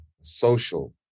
social